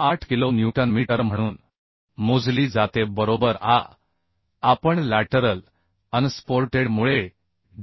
98 kilo newton metre म्हणून मोजली जाते बरोबर आता आपण लॅटरल अनसपोर्टेड मुळे